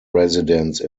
residence